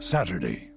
Saturday